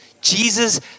Jesus